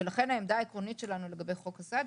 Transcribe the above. ולכן העמדה העקרונית שלנו לגבי חוק הסעד,